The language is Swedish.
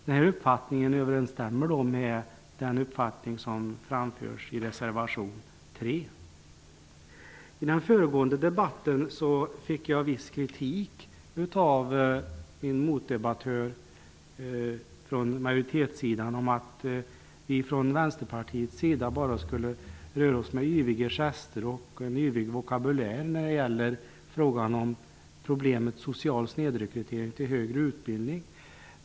Vår uppfattning överensstämmer här med den som framförs i reservation 3. I den föregående debatten fick jag viss kritik från en meddebattör på majoritetssidan för att vi från Vänsterpartiets sida bara skulle röra oss med svepande gester och ha en yvig vokabulär när det gäller problemet social snedrekrytering till högre utbildning.